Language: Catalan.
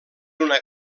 una